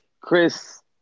chris